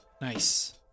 nice